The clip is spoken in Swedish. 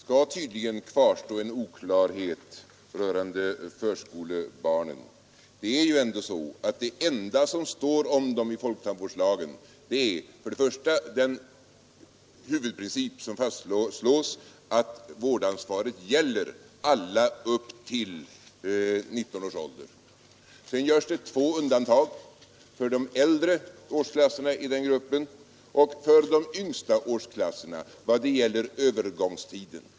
Herr talman! Det skall tydligen kvarstå en oklarhet rörande förskolebarnen. Det är ju ändå så, att vad som står i folktandvårdslagen är att som huvudprincip fastslås att vårdansvaret gäller alla upp till 19 års ålder. Sedan görs det två undantag: för de äldre årsklasserna i den gruppen och för de yngsta årsklasserna vad gäller övergångstiden.